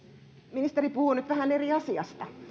ministeri puhuu nyt vähän eri asiasta